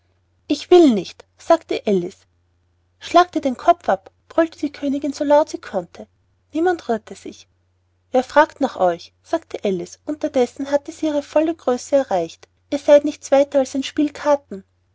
ich will nicht sagte alice schlagt ihr den kopf ab brüllte die königin so laut sie konnte niemand rührte sich wer fragt nach euch sagte alice unterdessen hatte sie ihre volle größe erreicht ihr seid nichts weiter als ein spiel karten